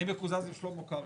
אני מקוזז עם שלמה קרעי.